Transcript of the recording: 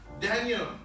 Daniel